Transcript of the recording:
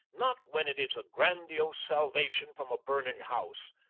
not when it is a grandiose salvation from a burning house,